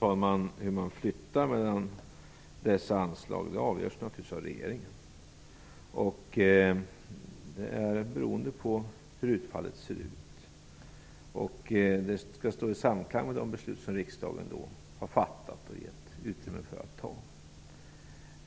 Herr talman! Det är naturligtvis regeringen som avgör om man skall flytta mellan dessa anslag. Det är beroende på hur utfallet ser ut. Det skall också stå i samklang med de beslut som riksdagen har fattat och gett utrymme för.